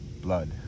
blood